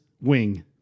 wing